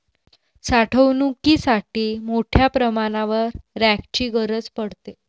साठवणुकीसाठी मोठ्या प्रमाणावर रॅकची गरज पडते